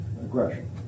aggression